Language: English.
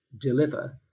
deliver